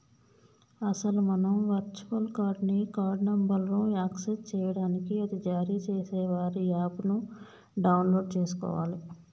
అసలు మనం virtual card ని కార్డు నెంబర్ను యాక్సెస్ చేయడానికి అది జారీ చేసే వారి యాప్ ను డౌన్లోడ్ చేసుకోవాలి